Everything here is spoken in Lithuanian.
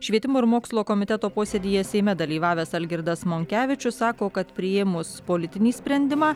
švietimo ir mokslo komiteto posėdyje seime dalyvavęs algirdas monkevičius sako kad priėmus politinį sprendimą